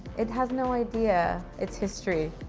it has no idea its history.